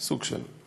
סוג של.